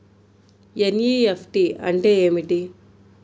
NEFT అంటే ఏమిటీ?